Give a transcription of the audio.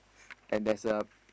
and there's a